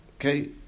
Okay